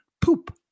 Poop